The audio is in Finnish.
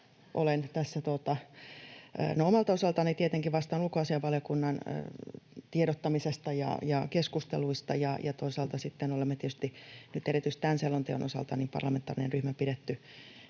Omalta osaltani tietenkin vastaan ulkoasiainvaliokunnan tiedottamisesta ja keskusteluista, ja toisaalta sitten olemme tietysti nyt erityisesti tämän selonteon osalta pitäneet parlamentaarisen ryhmän